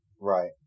Right